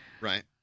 Right